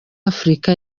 afrika